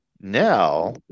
now